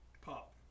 Pop